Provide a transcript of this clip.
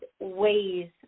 ways